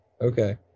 Okay